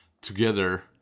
together